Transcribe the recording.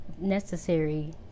necessary